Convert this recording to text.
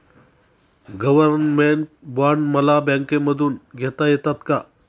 Government bond मला बँकेमधून घेता येतात का?